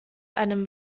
einem